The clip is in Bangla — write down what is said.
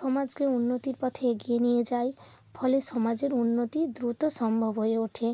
সমাজকে উন্নতির পথে এগিয়ে নিয়ে যায় ফলে সমাজের উন্নতি দ্রুত সম্ভব হয়ে ওঠে